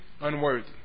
unworthy